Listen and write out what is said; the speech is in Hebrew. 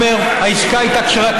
אומר: העסקה הייתה כשרה,